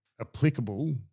applicable